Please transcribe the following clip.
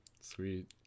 Sweet